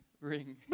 Ring